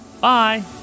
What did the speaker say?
Bye